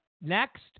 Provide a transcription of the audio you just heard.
next